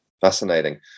Fascinating